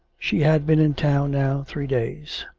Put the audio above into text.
she had been in town now three days.